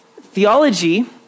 theology